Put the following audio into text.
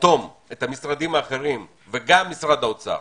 לרתום את המשרדים האחרים וגם את משרד האוצר